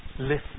Listen